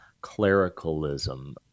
clericalism